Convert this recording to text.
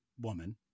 woman